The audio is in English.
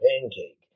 pancake